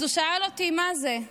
אז הוא שאל אותי מה זה,